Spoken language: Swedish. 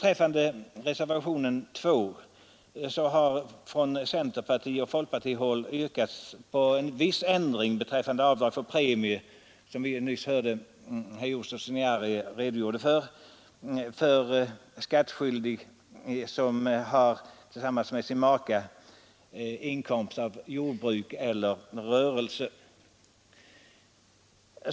I reservationen 2 yrkas från centerpartioch folkpartihåll viss ändring beträffande avdrag för premie för skattskyldig som tillsammans med sin maka har inkomst av jordbruk eller rörelse.